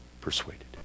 persuaded